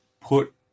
put